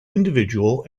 individual